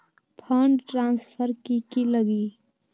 Fund transfer कि की लगी?